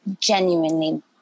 genuinely